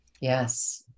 yes